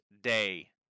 day